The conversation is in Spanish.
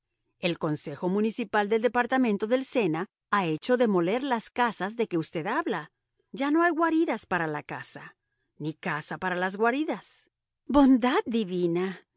el consejo municipal del departamento del sena ha hecho demoler las casas de que usted habla ya no hay guaridas para la caza ni caza para las guaridas bondad divina